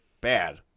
bad